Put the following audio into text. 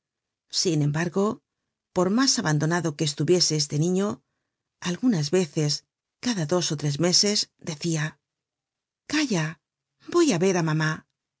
sin embargo por mas abandonado que estuviese este niño algunas veces cada dos ó tres meses deoia calla voy á ver á mamá